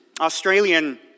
Australian